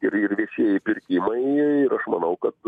ir ir viešieji pirkimai ir aš manau kad